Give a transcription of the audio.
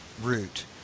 route